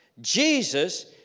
Jesus